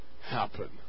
happen